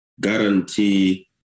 guarantee